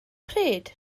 pryd